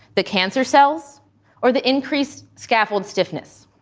the cancer cells or the increased scaffold stiffness?